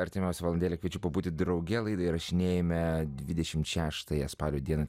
artimiausią valandėlę kviečiu pabūti drauge laidą įrašinėjame dvidešim šeštąją spalio dieną